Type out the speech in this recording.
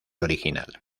original